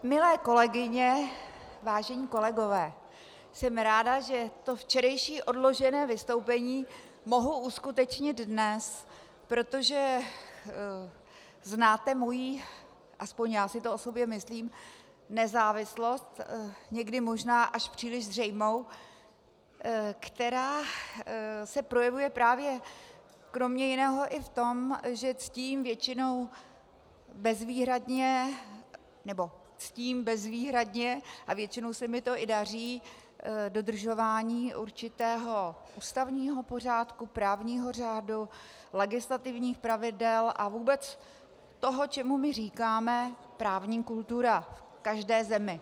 Milé kolegyně, vážení kolegové, jsem ráda, že to včerejší odložené vystoupení mohu uskutečnit dnes, protože znáte moji aspoň já si to o sobě myslím nezávislost, někdy možná až příliš zřejmou, která se projevuje právě kromě jiného i v tom, že ctím většinou bezvýhradně, nebo ctím bezvýhradně, a většinou se mi to i daří, dodržování určitého ústavního pořádku, právního řádu, legislativních pravidel a vůbec toho, čemu my říkáme právní kultura v každé zemi.